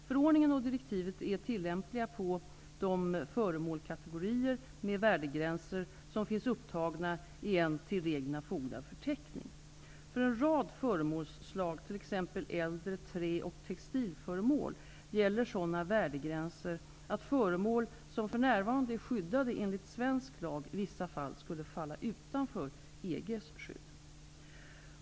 Förordningen och direktivet är tillämpliga på de föremålkategorier med värdegränser, som finns upptagna i en till reglerna fogad förteckning. För en rad föremålsslag, t.ex. äldre trä och textilföremål, gäller sådana värdegränser att föremål som för närvarande är skyddade enligt svensk lag i vissa fall skulle falla utanför EG:s skydd.